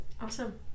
Awesome